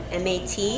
MAT